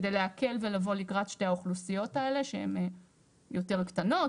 כדי להקל ולבוא לקראת שתי האוכלוסיות האלה שהן יותר קטנות,